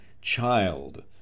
child